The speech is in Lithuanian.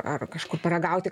ar kažko paragauti